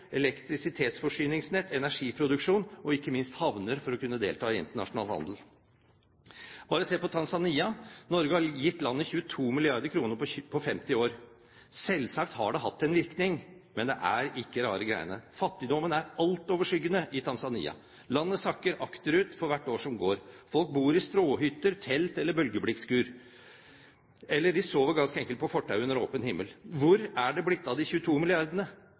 elektrisitetsforsyningsnett, energiproduksjon og ikke minst havner for å kunne delta i internasjonal handel. Bare se på Tanzania. Norge har gitt landet 22 mrd. kr på 50 år. Selvsagt har det hatt en virkning, men det er ikke rare greiene. Fattigdommen er altoverskyggende i Tanzania. Landet sakker akterut for hvert år som går. Folk bor i stråhytter, telt eller bølgeblikkskur, eller de sover ganske enkelt på fortauet under åpen himmel. Hvor er det blitt av de 22 milliardene?